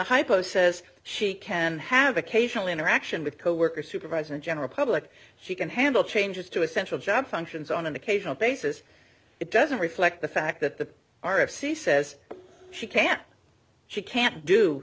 hypo says she can have occasionally interaction with coworkers supervisor and general public she can handle changes to essential job functions on an occasional basis it doesn't reflect the fact that the r f c says she can't she can't do